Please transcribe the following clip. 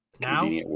Now